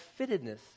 fittedness